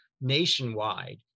nationwide